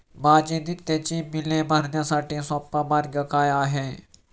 माझी नित्याची बिले भरण्यासाठी सोपा मार्ग काय आहे?